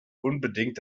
unbedingt